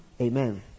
Amen